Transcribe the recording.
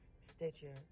Stitcher